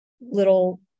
little